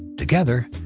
together,